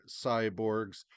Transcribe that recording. cyborgs